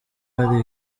hari